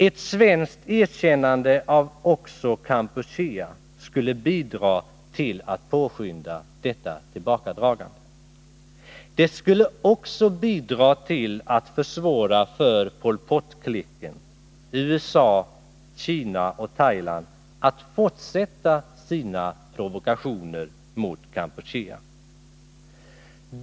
Ett svenskt erkännande även av Kampuchea skulle bidra till att påskynda detta tillbakadragande. Det skulle också bidra till att försvåra för Pol Pot-klicken, USA, Kina och Thailand att fortsätta sina provokationer mot Kampuchea.